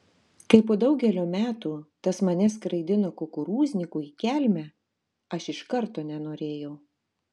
kai po daugelio metų tas mane skraidino kukurūzniku į kelmę aš iš karto nenorėjau